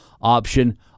option